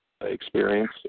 experience